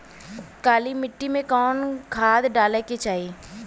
काली मिट्टी में कवन खाद डाले के चाही?